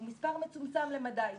מספר מצומצם למדי,